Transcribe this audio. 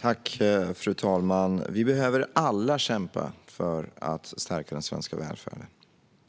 Fru ålderspresident! Vi behöver alla kämpa för att stärka den svenska välfärden.